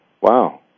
Wow